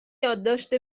یادداشت